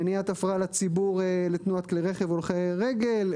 מניעת הפרעה לציבור לתנועת כלי רכב והולכי רגל,